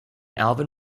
alvin